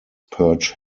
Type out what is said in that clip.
perch